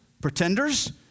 pretenders